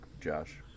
Josh